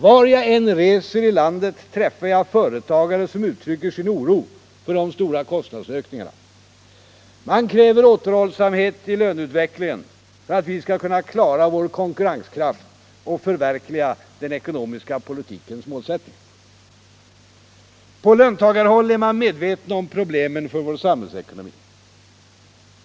Var jag än reser i landet träffar jag företagare som uttrycker sin oro för de stora kostnadsökningarna. Man kräver återhållsamhet i löneutvecklingen för att vi skall kunna klara vår konkurrenskraft och förverkliga den ekonomiska politikens målsättningar. På löntagarhåll är man medveten om problemen för vår samhällsekonomi.